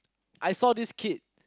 I saw this kid